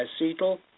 Acetyl